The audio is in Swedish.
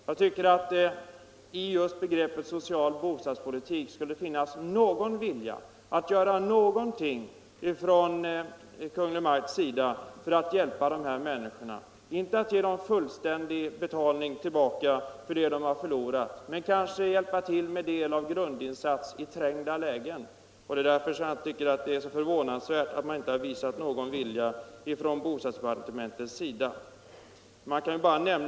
Jag tycker att det just i begreppet social bostadspolitik borde finnas utrymme att göra någonting från Kungl. Maj:ts sida för att hjälpa de människorna — inte garantera dem full betalning för vad de har förlorat men kanske att i trängda lägen hjälpa dem med en del av grundinsatsen. Det är därför som jag tycker det är så förvånande att man från bostadsdepartementets sida inte har visat någon sådan vilja.